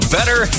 Better